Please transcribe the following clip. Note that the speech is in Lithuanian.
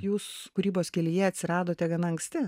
jūs kūrybos kelyje atsiradote gana anksti